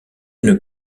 une